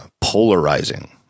polarizing